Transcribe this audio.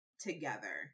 together